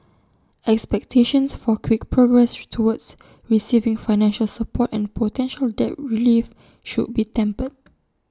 expectations for quick progress towards receiving financial support and potential debt relief should be tempered